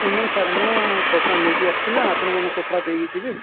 ଏ ନାଇଁ ସାର୍ ମୁଁ କପଡ଼ା ନେଇକି ଆସିଛି ନା ଆପଣଙ୍କୁ ମୁଁ କପଡ଼ା ଦେଇକି ଯିବି